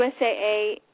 USAA